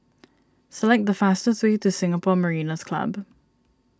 select the fastest way to Singapore Mariners' Club